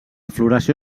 floració